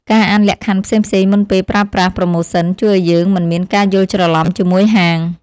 ការអានលក្ខខណ្ឌផ្សេងៗមុនពេលប្រើប្រាស់ប្រូម៉ូសិន ជួយឱ្យយើងមិនមានការយល់ច្រឡំជាមួយហាង។